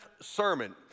sermon